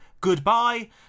goodbye